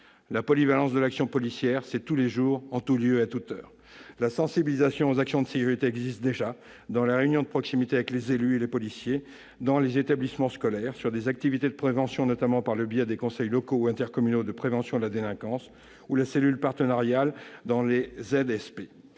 La « polyvalence de l'activité policière », c'est tous les jours, en tous lieux et à toute heure ! La sensibilisation aux questions de sécurité existe déjà, dans les réunions de proximité avec les élus et les policiers, dans les établissements scolaires sur des activités de prévention, notamment par le biais des conseils locaux ou intercommunaux de sécurité et de prévention de la délinquance ou la cellule partenariale dans les ZSP,